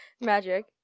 magic